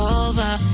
over